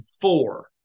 four